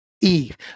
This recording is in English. Eve